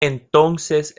entonces